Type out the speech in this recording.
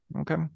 Okay